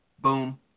Boom